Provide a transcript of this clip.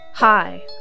Hi